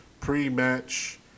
pre-match